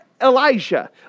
Elijah